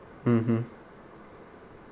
mmhmm